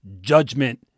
judgment